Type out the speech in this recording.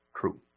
True